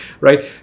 Right